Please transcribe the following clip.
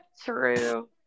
True